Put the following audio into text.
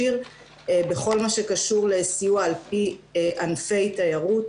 שיר שאלה על זה בכל מה שקשור לסיוע על פי ענפי תיירות,